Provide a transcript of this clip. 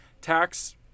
tax